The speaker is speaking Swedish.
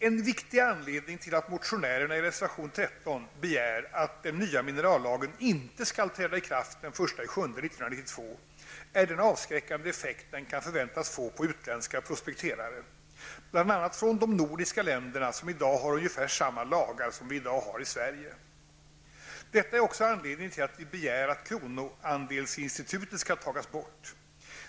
En viktig anledning till att motionärerna i reservation 13 begär att den nya minerallagen inte skall träda i kraft den 1 juli 1992 är den avskräckande effekt som den kan förväntas få på utländska prospekterare, bl.a. från de nordiska länderna som i dag har ungefär samma lagar som vi i dag har i Sverige. Detta är också anledningen till att vi begär att kronoandelsinstitutet skall tas bort.